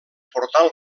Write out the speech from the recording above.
portal